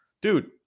dude